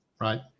right